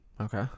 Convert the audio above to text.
Okay